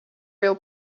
real